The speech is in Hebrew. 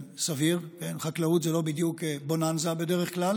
השונות, למציאת